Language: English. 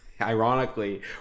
ironically